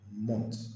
month